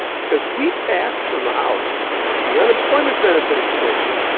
because we passed from the house the unemployment benefit extension,